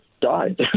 died